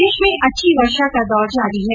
प्रदेश में अच्छी वर्षा का दौर जारी है